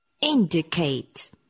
indicate